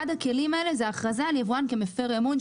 אחד הכלים האלה זה הכרזה על יבואן כמפר אמון,